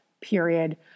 period